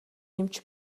эмч